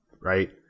right